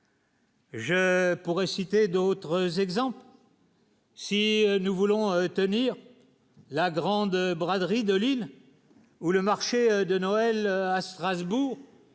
Je pourrais citer d'autres exemples. Si nous voulons tenir la grande braderie de Lille ou le marché de Noël à Strasbourg